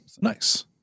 Nice